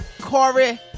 Corey